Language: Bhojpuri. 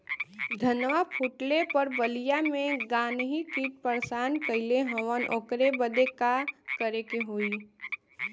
धनवा फूटले पर बलिया में गान्ही कीट परेशान कइले हवन ओकरे बदे का करे होई?